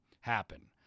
happen